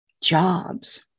jobs